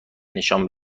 نشان